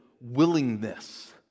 willingness